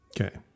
Okay